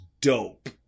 dope